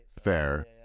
Fair